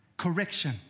Correction